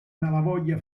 malavoglia